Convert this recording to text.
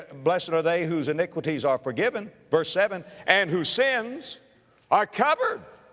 and blessed and are they whose iniquities are forgiven, verse seven, and whose sins are covered.